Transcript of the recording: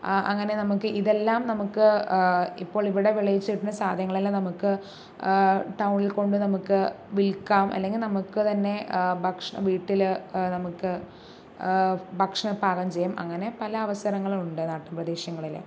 അങ്ങനെ നമുക്ക് ഇതെല്ലം നമുക്ക് ഇപ്പോൾ ഇവിടെ വിളയിച്ചെടുക്കുന്ന സാധങ്ങളെല്ലാം നമുക്ക് ടൗണിൽ കൊണ്ട് നമുക്ക് വിൽക്കാം അല്ലെങ്കിൽ നമുക്ക് തന്നെ ഭക്ഷണം വീട്ടില് നമുക്ക് ഭക്ഷണം പാകം ചെയ്യാം അങ്ങനെ പല അവസരങ്ങൾ ഉണ്ട് നാട്ടിൻ പ്രദേശങ്ങളില്